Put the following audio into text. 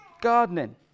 gardening